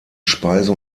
speise